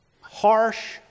harsh